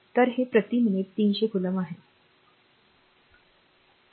तर हे प्रति मिनिट 300 कोलॉम्ब आहे